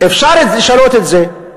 אפשר לשנות את זה,